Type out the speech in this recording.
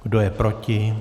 Kdo je proti?